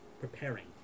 preparing